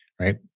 right